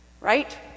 right